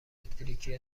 الکتریکی